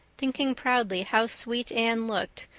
thinking proudly how sweet anne looked,